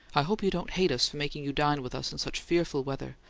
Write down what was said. i hope you don't hate us for making you dine with us in such fearful weather!